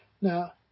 Now